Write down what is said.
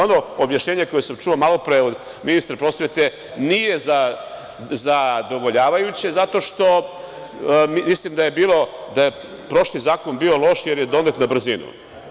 Ono objašnjenje koje sam čuo malopre od ministra prosvete nije zadovoljavajuće, zato što mislim da je bilo da je prošli zakon bio loš jer je donet na brzinu.